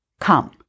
come